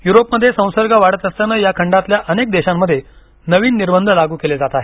युरोपमध्ये संसर्ग वाढत असल्यानं या खंडातल्या अनेक देशांमध्ये नवीन निर्बंध लागू केले जात आहेत